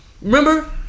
Remember